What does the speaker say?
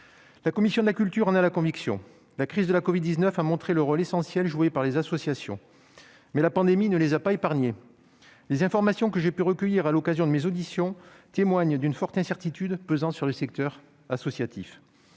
La commission de la culture en a la conviction : la crise de la covid-19 a montré le rôle essentiel joué par les associations. Cependant, la pandémie ne les a pas épargnées : les informations que j'ai pu recueillir à l'occasion de mes auditions témoignent d'une forte incertitude pesant sur le secteur associatif.